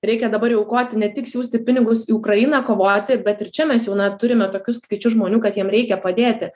reikia dabar jau aukoti ne tik siųsti pinigus į ukrainą kovoti bet ir čia mes jau na turime tokius skaičius žmonių kad jiem reikia padėti